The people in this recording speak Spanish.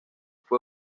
fue